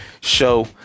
show